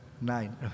nine